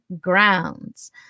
grounds